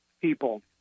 people